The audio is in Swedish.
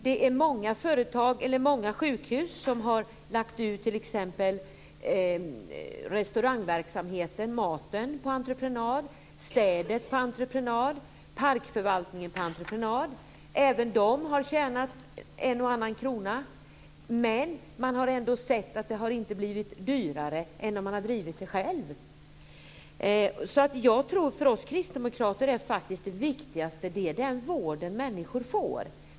Det är många sjukhus som har restaurangverksamheten och maten på entreprenad, städningen på entreprenad och parkförvaltningen på entreprenad. Även de företagen har tjänat en och annan krona. Men man har ändå sett att det inte blivit dyrare än om man drivit det själv. För oss kristdemokrater är det viktigaste den vård människor får.